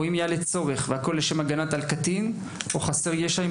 או אם יעלה צורך והכל לשם הגנה על קטין או חסר ישע,